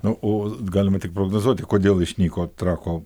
na o galima tik prognozuoti kodėl išnyko trako